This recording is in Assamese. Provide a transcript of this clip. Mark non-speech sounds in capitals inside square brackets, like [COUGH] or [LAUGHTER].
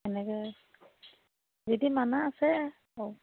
এনেকৈ যদি মানা আছে [UNINTELLIGIBLE]